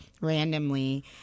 randomly –